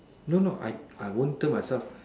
no no I I won't tell myself